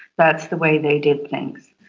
that's the way they did things.